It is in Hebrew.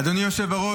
אדוני היושב-ראש,